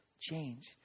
change